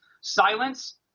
silence